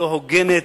לא הוגנת,